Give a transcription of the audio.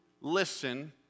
listen